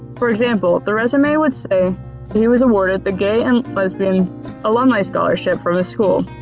for example the resume would say and he was awarded the gay and lesbian alumni scholarship from his school.